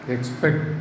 Expect